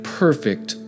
perfect